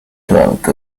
talk